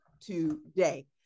today